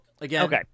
again